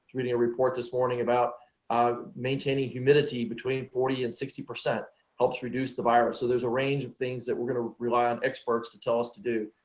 reading a report this morning about ah maintaining humidity between forty and sixty percent helps reduce the virus, so there's a range of things that. we're going to rely on experts to tell us to do.